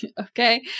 Okay